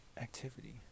activity